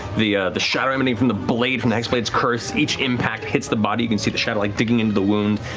the the shadow emanating from the blade from the hexblade's curse. each impact hits the body. you can see the shadow like digging into the wound,